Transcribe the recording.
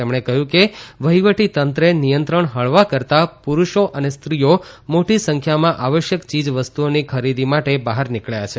તેમણે કહ્યં કે વહિવટીતંત્રે નિયંત્રણ હળવા કરતાં પૂરૂષો અને સ્ત્રીઓ મોટી સંખ્યામાં આવશ્યક ચીજવસ્તુઓની ખરીદી માટે બહાર નીકબ્યા છે